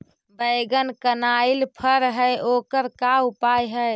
बैगन कनाइल फर है ओकर का उपाय है?